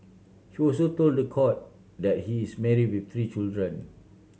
he also told the court that he is marry with three children